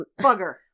bugger